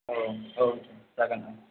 औ औ जागोन